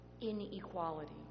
inequality